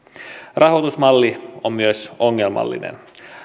rahoitusmalli on myös ongelmallinen